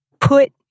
put